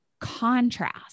contrast